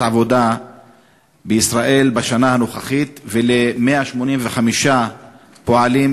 עבודה בישראל בשנה הנוכחית ול-185 פועלים,